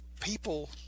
people